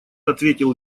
ответил